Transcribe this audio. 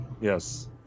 Yes